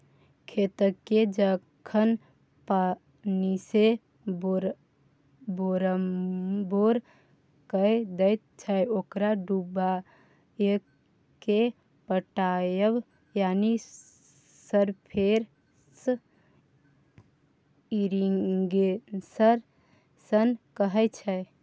खेतकेँ जखन पानिसँ बोरमबोर कए दैत छै ओकरा डुबाएकेँ पटाएब यानी सरफेस इरिगेशन कहय छै